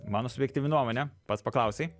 mano subjektyvi nuomonė pats paklausei